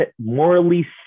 morally